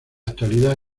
actualidad